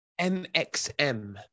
MXM